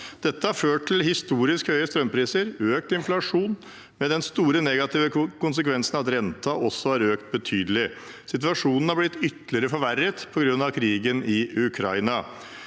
Dette har ført til historisk høye strømpriser og økt inflasjon, med den store negative konsekvensen at renten også har økt betydelig. Situasjonen har blitt ytterligere forverret på grunn av krigen i Ukraina.